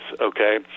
okay